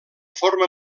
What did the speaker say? forma